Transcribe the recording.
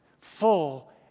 Full